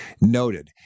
noted